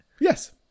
Yes